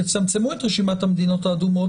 כאשר תצמצמו את רשימת המדינות האדומות,